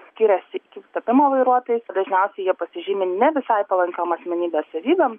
skiriasi iki tapimo vairuotojais dažniausiai jie pasižymi ne visai palankiom asmenybės savybėm